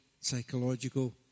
psychological